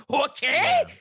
okay